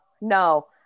no